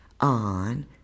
on